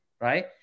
right